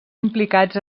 implicats